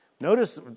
Notice